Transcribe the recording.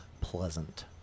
pleasant